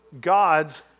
gods